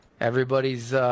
Everybody's